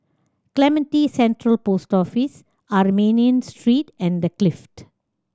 Clementi Central Post Office Armenian Street and The Clift